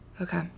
Okay